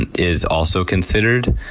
and is also considered.